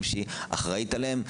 ילדים שהיא אחראית עליהם.